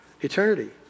eternity